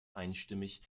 einstimmig